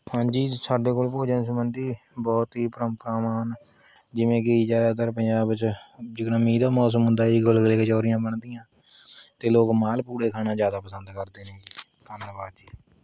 ਹਾਂਜੀ ਸਾਡੇ ਕੋਲ ਭੋਜਨ ਸੰਬੰਧੀ ਬਹੁਤ ਹੀ ਪਰੰਪਰਾਵਾਂ ਹਨ ਜਿਵੇਂ ਕਿ ਜ਼ਿਆਦਾਤਰ ਪੰਜਾਬ 'ਚ ਜਿਕਣਾ ਮੀਂਹ ਦਾ ਮੌਸਮ ਹੁੰਦਾ ਹੈ ਜੀ ਗੁਲਗੁਲੇ ਕਚੌਰੀਆਂ ਬਣਦੀਆਂ ਅਤੇ ਲੋਕ ਮਾਲ ਪੁੜੇ ਖਾਣਾ ਜ਼ਿਆਦਾ ਪਸੰਦ ਕਰਦੇ ਨੇ ਜੀ ਧੰਨਵਾਦ ਜੀ